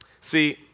See